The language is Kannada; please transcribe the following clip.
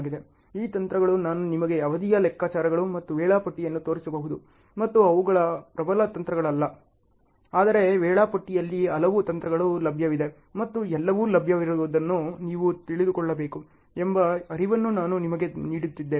ಈ ತಂತ್ರಗಳು ನಾನು ನಿಮಗೆ ಅವಧಿಯ ಲೆಕ್ಕಾಚಾರಗಳು ಮತ್ತು ವೇಳಾಪಟ್ಟಿಯನ್ನು ತೋರಿಸದಿರಬಹುದು ಮತ್ತು ಅವುಗಳು ಪ್ರಬಲ ತಂತ್ರಗಳಲ್ಲ ಆದರೆ ವೇಳಾಪಟ್ಟಿಯಲ್ಲಿ ಹಲವು ತಂತ್ರಗಳು ಲಭ್ಯವಿವೆ ಮತ್ತು ಎಲ್ಲವು ಲಭ್ಯವಿರುವುದನ್ನು ನೀವು ತಿಳಿದುಕೊಳ್ಳಬೇಕು ಎಂಬ ಅರಿವನ್ನು ನಾನು ನಿಮಗೆ ನೀಡುತ್ತಿದ್ದೇನೆ